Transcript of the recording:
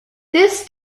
this